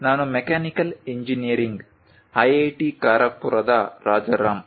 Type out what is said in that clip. ನಾನು mechanical engineering IIT ಖರಗ್ಪುರದ ರಾಜಾರಾಮ್